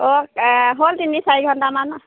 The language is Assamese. অ' হ'ল তিনি চাৰি ঘণ্টামান